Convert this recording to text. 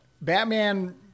Batman